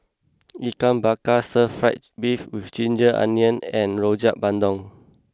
Ikan Bakar Stir Fried Beef with Ginger Onions and Rojak Bandung